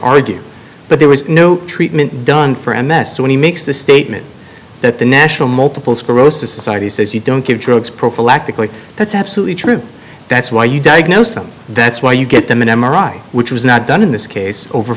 argue but there is no treatment done for m s when he makes the statement that the national multiple sclerosis society says you don't give drugs prophylactically that's absolutely true that's why you diagnose them that's why you get them an m r i which was not done in this case over